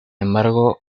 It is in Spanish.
embargo